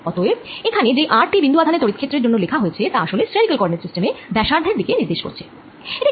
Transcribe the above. অতএব এখানে যেই r টি বিন্দু আধানের তড়িৎ ক্ষেত্রের জন্য লেখা হয়েছে তা আসলে স্ফেরিকাল কোওরডিনেট সিস্টেম এ ব্যাসার্ধের দিকে নির্দেশ করছে